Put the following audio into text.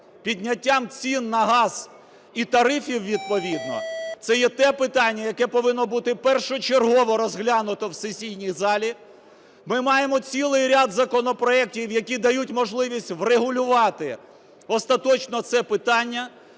підняттям цін на газ і тарифів відповідно, це є те питання, яке повинно бути першочергово розглянуто в сесійній залі. Ми маємо цілий ряд законопроектів, які дають можливість врегулювати остаточно це питання